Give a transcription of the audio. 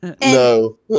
No